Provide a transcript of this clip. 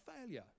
failure